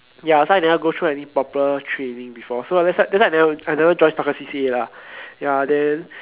ya so I never go through any proper training before so that's that's why I never I never join soccer C_C_A lah ya then